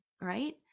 Right